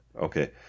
Okay